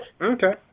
Okay